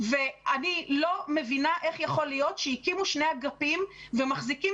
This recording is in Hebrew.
אני לא מבינה איך יכול להיות שהקימו שני אגפים ומחזיקים